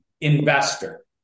investor